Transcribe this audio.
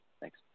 Thanks